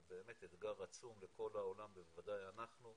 זה באמת אתגר עצום לכל העולם ובוודאי אנחנו.